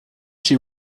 she